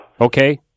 Okay